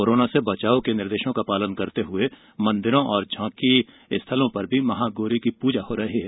corona से बचाव के निर्देशों का पालन करते हए मंदिरों और झॉकीस्थलों पर भी महागौरी की पूजाहो रही है